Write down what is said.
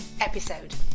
episode